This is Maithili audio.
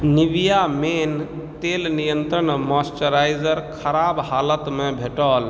निविआ मेन तेल नियन्त्रण मॉइस्चराइजर खराब हालतमे भेटल